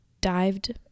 dived